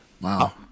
Wow